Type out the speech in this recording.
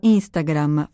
Instagram